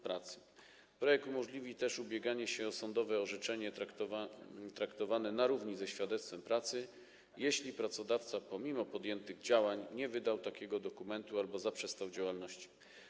Projekt umożliwi też ubieganie się o sądowe orzeczenie traktowane na równi ze świadectwem pracy, jeśli pracodawca pomimo podjętych działań nie wydał takiego dokumentu albo zaprzestał działalności.